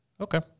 Okay